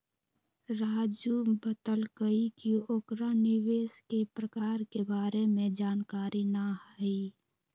राजू बतलकई कि ओकरा निवेश के प्रकार के बारे में जानकारी न हई